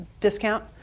discount